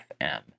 FM